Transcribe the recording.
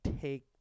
take